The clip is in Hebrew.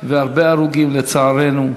והרבה הרוגים, לצערנו.